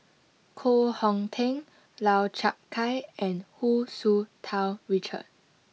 Koh Hong Teng Lau Chiap Khai and Hu Tsu Tau Richard